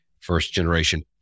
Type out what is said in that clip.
first-generation